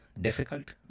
difficult